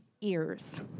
ears